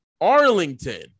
Arlington